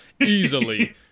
easily